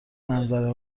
منظره